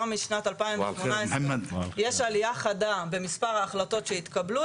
משנת 2018 יש עלייה חדה במספר ההחלטות שהתקבלו,